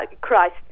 Christ